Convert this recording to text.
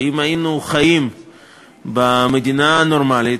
שאם היינו חיים במדינה נורמלית,